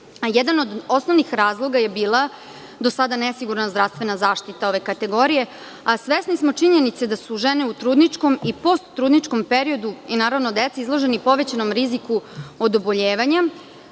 Jedan od osnovnih razloga je bila do sada nesigurna zaštitna zaštita ove kategorije, a svesni smo činjenice da su žene u trudničkom i post trudničkom periodu i naravno deca, izloženi povećanom riziku od oboljevanja